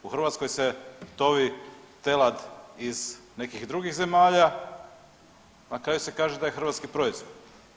U Hrvatskoj se tovi telad iz nekih drugih zemalja, a na kraju se kaže da je hrvatski proizvod.